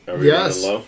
Yes